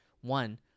one